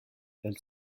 elle